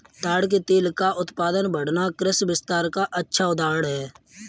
ताड़ के तेल का उत्पादन बढ़ना कृषि विस्तार का अच्छा उदाहरण है